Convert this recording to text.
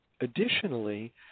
additionally